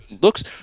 looks –